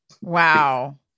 Wow